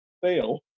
fail